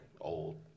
old